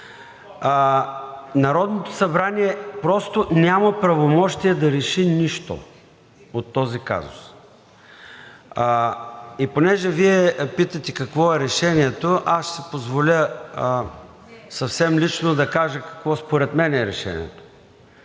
Народното събрание просто няма правомощие да реши нищо по този казус. Понеже Вие питате какво е решението, аз ще си позволя съвсем лично да кажа какво според мен е решението: